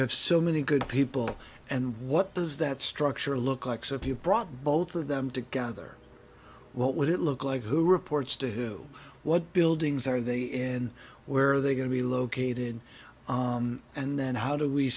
have so many good people and what does that structure look like so if you brought both of them together what would it look like who reports to who what buildings are they in where are they going to be located and then how do we